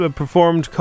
performed